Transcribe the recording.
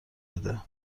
بده